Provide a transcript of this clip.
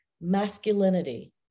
masculinity